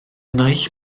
naill